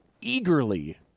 eagerly